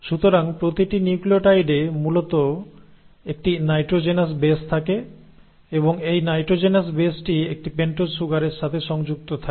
সুতরাং প্রতিটি নিউক্লিওটাইডে মূলত একটি নাইট্রোজেনাস বেস থাকে এবং এই নাইট্রোজেনাস বেসটি একটি পেন্টোজ সুগারের সাথে সংযুক্ত থাকে